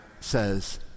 says